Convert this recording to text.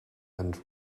and